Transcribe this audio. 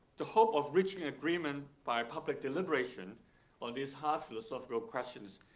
the hope of reaching agreement by public deliberation of these hard philosophical questions,